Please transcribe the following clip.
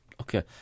Okay